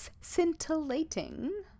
scintillating